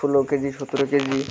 ষোলো কজি সতেরো কেজি